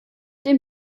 dem